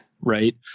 right